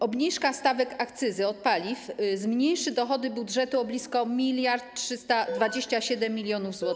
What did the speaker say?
Obniżka stawek akcyzy od paliw zmniejszy dochody budżetu o blisko 1327 mln zł.